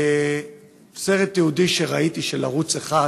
בסרט תיעודי שראיתי בערוץ 1,